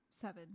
Seven